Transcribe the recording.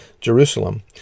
Jerusalem